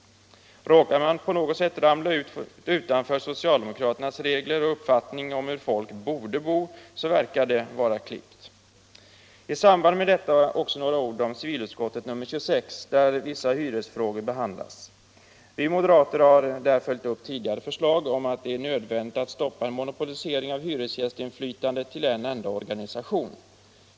Råkar man på något sätt ramla utanför socialdemokraternas regler och uppfattning om hur folk borde bo verkar det vara klippt. I samband med detta också några ord om civilutskottets betänkande nr 26 där vissa hyresfrågor behandlas. Vi moderater har där följt upp tidigare förslag om att det är nödvändigt att stoppa en monopolisering av hyresgästinflytandet till en enda organisation.